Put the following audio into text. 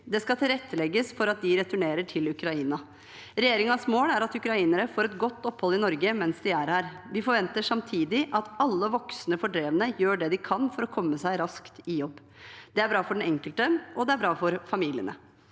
Det skal tilrettelegges for at de returnerer til Ukraina. Regjeringens mål er at ukrainere får et godt opphold i Norge mens de er her. Vi forventer samtidig at alle voksne fordrevne gjør det de kan for å komme seg raskt i jobb. Det er bra for den enkelte, og det er bra for familiene.